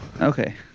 Okay